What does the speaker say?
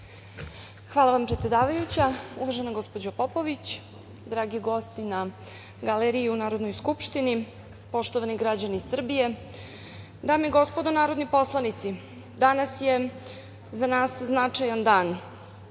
Hvala, predsedavajuća. Uvažena gospođo Popović, dragi gosti na galeriji u Narodnoj skupštini, poštovani građani Srbije, dame i gospodo narodni poslanici, danas je za nas značajan dan,